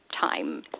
time